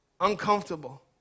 uncomfortable